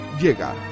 llega